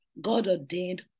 God-ordained